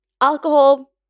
alcohol